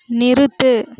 நிறுத்து